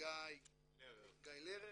גיא לרר,